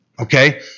Okay